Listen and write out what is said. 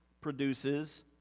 produces